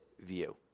view